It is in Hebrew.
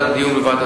דיון בוועדת הפנים.